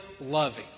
loving